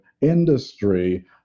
industry